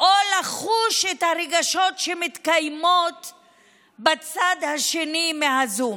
או לחוש את הרגשות שמתקיימים בצד השני של הזום.